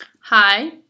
Hi